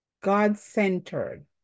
God-centered